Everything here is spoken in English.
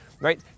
right